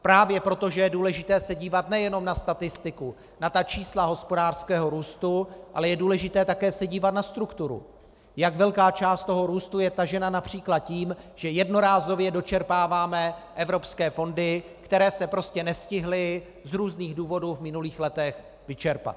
Právě proto, že je důležité se dívat nejenom na statistiku, na ta čísla hospodářského růstu, ale je důležité se také dívat na strukturu, jak velká část toho růstu je tažena např. tím, že jednorázově dočerpáváme evropské fondy, které se prostě nestihly z různých důvodů v minulých letech vyčerpat.